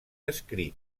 escrit